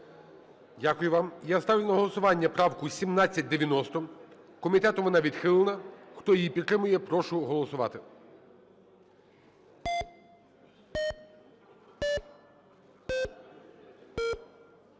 Дякую вам. Я ставлю на голосування правку 1790. Комітетом вона відхилена. Хто її підтримує, я прошу голосувати.